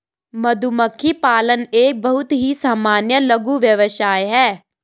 मधुमक्खी पालन एक बहुत ही सामान्य लघु व्यवसाय है